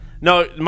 No